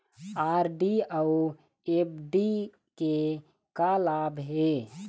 RD अऊ FD के का लाभ हे?